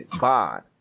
bond